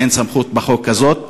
אין סמכות כזאת בחוק.